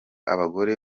abagore